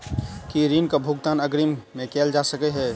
की ऋण कऽ भुगतान अग्रिम मे कैल जा सकै हय?